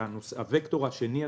תהיה